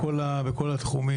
בכל התחומים.